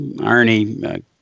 Ernie